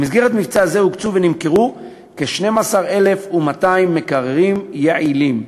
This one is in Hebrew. במסגרת מבצע זה הוקצו ונמכרו כ-12,200 מקררים יעילים,